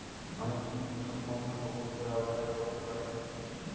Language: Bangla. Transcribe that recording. আমি কি কৃষক বন্ধু প্রকল্পের আওতায় পড়তে পারি?